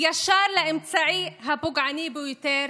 ישר לאמצעי הפוגעני ביותר,